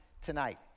tonight